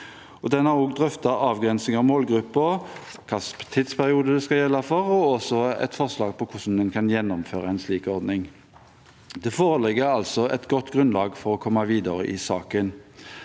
har drøftet avgrensing av målgruppen og hvilken tidsperiode det skal gjelde for, og det er også et forslag om hvordan en kan gjennomføre en slik ordning. Det foreligger altså et godt grunnlag for å komme videre i saken.